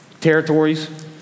territories